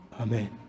Amen